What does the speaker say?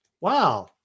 Wow